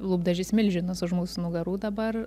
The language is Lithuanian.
lūpdažis milžinas už mūsų nugarų dabar